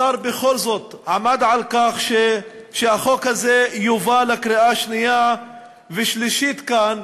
השר בכל זאת עמד על כך שהחוק הזה יובא לקריאה שנייה ושלישית כאן,